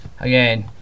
again